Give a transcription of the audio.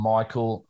Michael